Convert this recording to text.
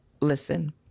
listen